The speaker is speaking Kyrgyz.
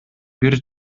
бир